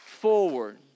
forward